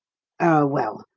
oh, well,